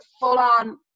full-on